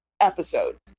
episodes